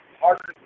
harder